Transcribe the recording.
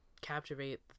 captivate